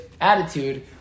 attitude